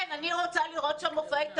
כן, אני רוצה לראות שם מופעי תרבות,